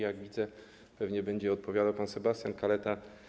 Jak widzę, pewnie będzie odpowiadał pan Sebastian Kaleta.